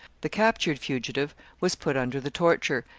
the captured fugitive was put under the torture,